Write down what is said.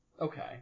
Okay